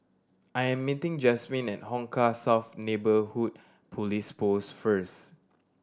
I am meeting Jazmin at Hong Kah South Neighbourhood Police Post first